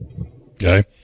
okay